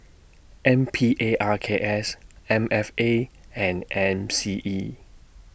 N P A R K S M F A and M C E